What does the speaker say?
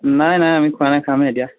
নাই নাই আমি খোৱা নাই খামহে এতিয়া